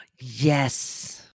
Yes